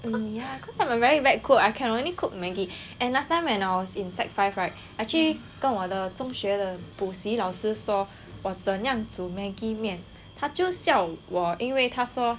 um ya cause I'm a very bad cook I can only cook Maggi and last time when I was in sec five right actually 跟我的中学的补习老师说我怎样煮 Maggi 面他就笑我因为他说